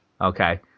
Okay